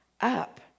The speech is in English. up